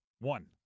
One